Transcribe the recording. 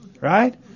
Right